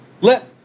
let